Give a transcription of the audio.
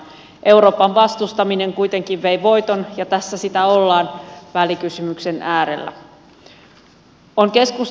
euroopan vastustaminen kuitenkin vei voiton ja tässä sitä ollaan välikysymyksen äärellä